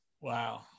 Wow